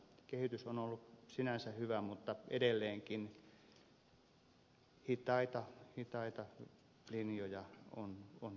kehitys on ollut sinänsä hyvä mutta edelleenkin hitaita linjoja on paljon käytössä